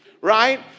right